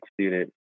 student